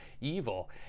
evil